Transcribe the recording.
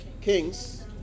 Kings